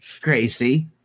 Gracie